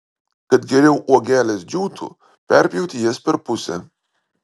kad geriau uogelės džiūtų perpjauti jas per pusę